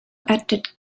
added